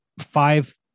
five